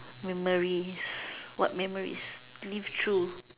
memories what memories live through